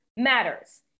matters